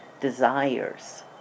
desires